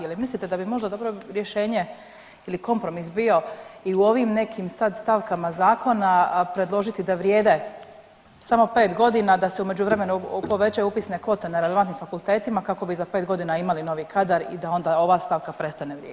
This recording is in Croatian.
Je li mislite da bi možda dobro rješenje ili kompromis bio i u ovim nekim sad stavkama zakona predložiti da vrijede samo 5 godina, da se u međuvremenu povećaju upisne kvote na relevantnim fakultetima kako bi za 5 godina imali novi kadar i da onda ova stavka prestane vrijediti.